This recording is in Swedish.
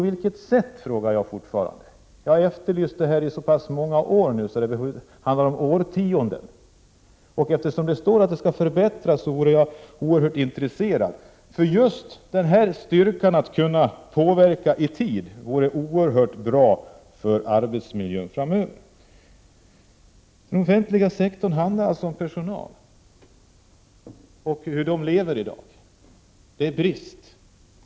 Jag frågar fortfarande! På vilket sätt skall det ske? Vi har efterlyst detta i årtionden. Eftersom det står i svaret att de arbetandes ställning skall förbättras, är jag oerhört intresserad av att få veta hur det skall ske. Just möjligheten att kunna påverka i tid är oerhört värdefull för arbetsmiljön framöver. Den offentliga sektorn handlar alltså om personal. Det är brist på arbetskraft.